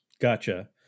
Gotcha